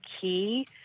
key